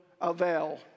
avail